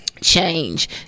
Change